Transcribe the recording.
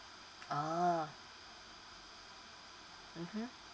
oh mmhmm